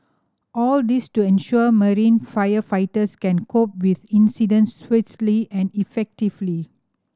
all this to ensure marine firefighters can cope with incidents swiftly and effectively